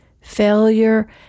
failure